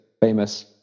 famous